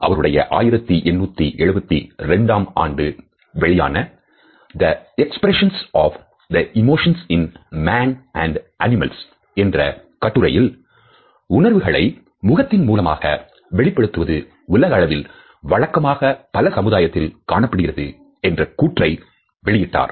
அவருடைய 1872 ஆண்டு வெளியான The Expression of the Emotions in Man and Animals என்ற கட்டுரையில் உணர்வுகளை முகத்தின் மூலமாக வெளிப்படுத்துவது உலக அளவில் வழக்கமாக பல சமுதாயத்தில் காணப்படுகிறது என்ற கூற்றை வெளியிட்டார்